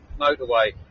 motorway